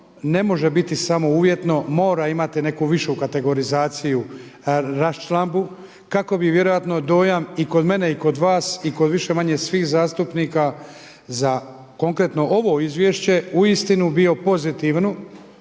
ne može biti samo uvjetno, mora imati neku višu kategorizaciju, raščlambu kako bi vjerojatno dojam i kod mene i kod vas i kod više-manje svih zastupnika za konkretno ovo izvješće uistinu bilo pozitivno.